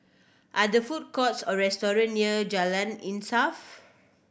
are there food courts or restaurant near Jalan Insaf